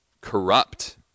Corrupt